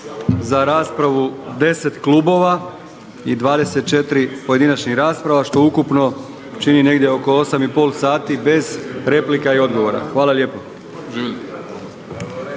za raspravu 10 klubova i 24 pojedinačnih rasprava što ukupno čini negdje oko osam i pol sati bez replika i odgovora. Hvala lijepo.